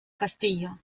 castillo